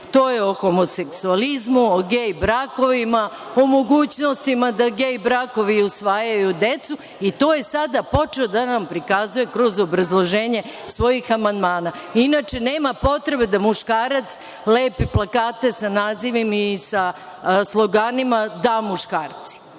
to je o homoseksualizmu, o gej brakovima, o mogućnostima da gej brakovi usvajaju decu i to je sada počeo da nam prikazuje kroz obrazloženje svojih amandmana. Inače, nema potrebe da muškarac lepi plakate sa nazivima i sloganima „Da muškarci“.